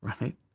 right